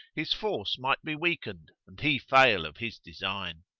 his force might be weakened and he fail of his design.